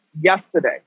yesterday